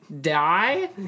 Die